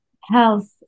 health